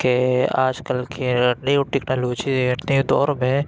کہ آج کل کے نیو ٹکنالوجی کے دور میں